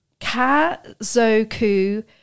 Kazoku